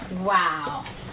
wow